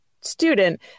student